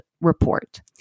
Report